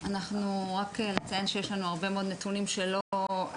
אנחנו רק לציין שיש לנו הרבה מאוד נתונים שלא